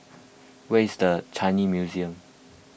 where is the Changi Museum